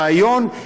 ברעיון,